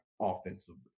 offensively